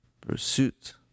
pursuit